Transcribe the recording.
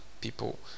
people